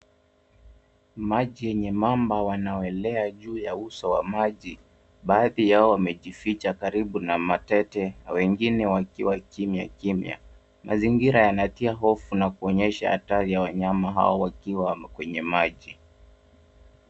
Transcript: Maji yenye mamba wanaolea juu ya uso wa maji. Baadhi yao wamejificha karibu na matete na wengine wakiwa kimya kimya. Mazingira yanatia hofu na kuonyesha hatari ya wanyama hao wakiwa kwenye maji.